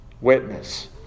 witness